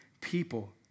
people